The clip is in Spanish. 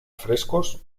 frescos